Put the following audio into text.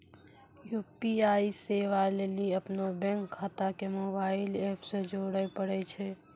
UPI सेबा लेली अपनो बैंक खाता के मोबाइल एप से जोड़े परै छै